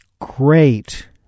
great